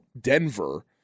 Denver